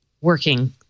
working